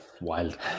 wild